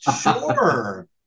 sure